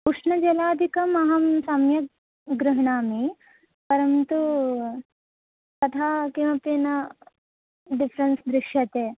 उष्णजलादिकम् अहं सम्यक् गृह्णामि परन्तु तथा किमपि न डिफ़्रन्स् दृश्यते